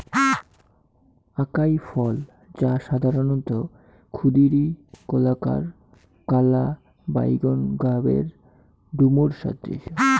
আকাই ফল, যা সাধারণত ক্ষুদিরী, গোলাকার, কালা বাইগোন গাবের ডুমুর সদৃশ